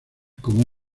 como